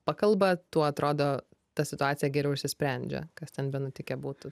pakalba tuo atrodo ta situacija geriau išsisprendžia kas ten benutikę būtų